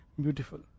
beautiful